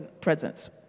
presence